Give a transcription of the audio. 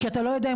כי אתה לא יודע,